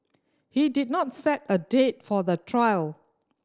he did not set a date for the trial